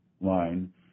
line